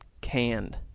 canned